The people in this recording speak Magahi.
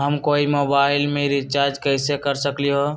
हम कोई मोबाईल में रिचार्ज कईसे कर सकली ह?